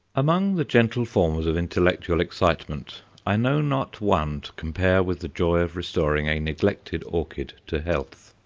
among the gentle forms of intellectual excitement i know not one to compare with the joy of restoring a neglected orchid to health.